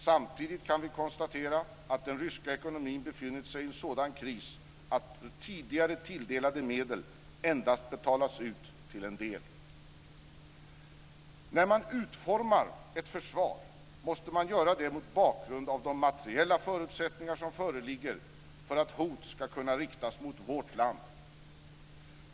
Samtidigt kan vi konstatera att den ryska ekonomin befinner sig i en sådan kris att tidigare tilldelade medel endast betalats ut till en del. När man utformar ett försvar måste man göra det mot bakgrund av de materiella förutsättningar som föreligger för att hot ska kunna riktas mot vårt land.